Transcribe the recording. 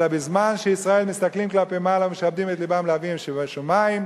אלא בזמן שישראל מסתכלים כלפי מעלה ומשעבדים את לבם לאביהם שבשמים,